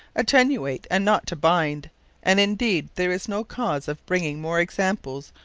attenuate, and not to binde and, indeed, there is no cause of bringing more examples,